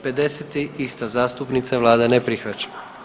50. ista zastupnica, vlada ne prihvaća.